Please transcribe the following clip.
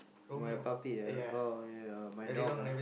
my puppy ah oh ya my dog ah